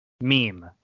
Meme